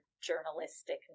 journalistic